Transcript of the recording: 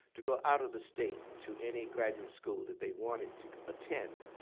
to go out of the state, to any graduate school that they wanted to attend,